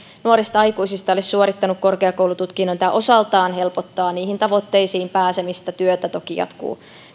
nuorista aikuisista olisi suorittanut korkeakoulututkinnon tämä osaltaan helpottaa niihin tavoitteisiin pääsemistä työ toki jatkuu